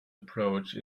approach